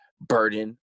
burden